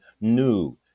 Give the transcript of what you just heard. new